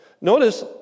Notice